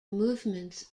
movements